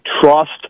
trust